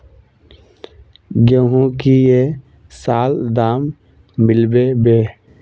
गेंहू की ये साल दाम मिलबे बे?